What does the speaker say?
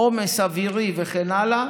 עומס אווירי וכן הלאה,